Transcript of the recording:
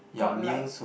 god like